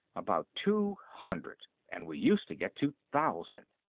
about two hundred, and we used to get two thousand.